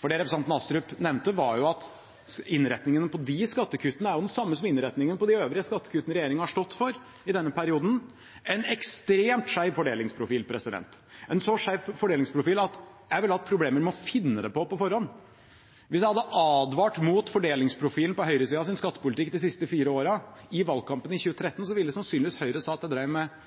Det representanten Astrup nevnte, var at innretningen på de skattekuttene er den samme som innretningen på de øvrige skattekuttene regjeringen har stått for i denne perioden: en ekstremt skjev fordelingsprofil – en så skjev fordelingsprofil at jeg ville hatt problemer med å finne det på på forhånd. Hvis jeg hadde advart mot fordelingsprofilen i høyresidens skattepolitikk de siste fire årene, i valgkampen i 2013, ville Høyre sannsynligvis sagt at jeg drev med